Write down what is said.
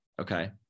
okay